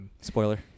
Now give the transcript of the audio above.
Spoiler